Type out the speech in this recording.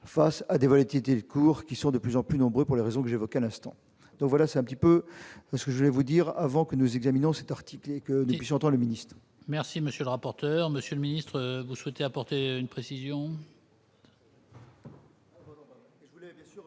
face à des volatilité des cours qui sont de plus en plus nombreux pour les raisons que j'évoquais à l'instant donc voilà c'est un petit peu parce que je vais vous dire avant que nous examinions c'est article et que j'entends le ministre. Merci, monsieur le rapporteur, monsieur le ministre vous souhaitez apporter une précision.